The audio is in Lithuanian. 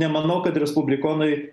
nemanau kad respublikonai